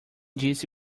disse